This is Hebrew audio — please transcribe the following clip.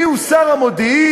מיהו שר המודיעין,